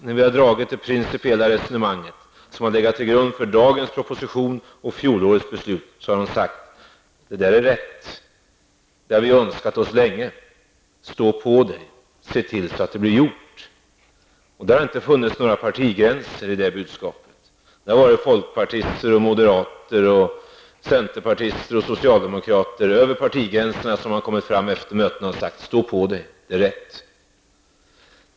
När vi dragit principerna för fjolårets beslut och dagens proposition har man överallt sagt: Det där är rätt, det har vi önskat oss länge, stå på dig och se till att det blir gjort. Det har inte funnits några partigränser i det budskapet. Det har varit folkpartister, moderater, centerpartister och socialdemokrater. Över partigränserna har man kommit fram efter mötena och sagt: Stå på dig, det är rätt!